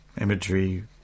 imagery